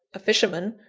a fisherman,